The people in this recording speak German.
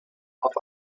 auf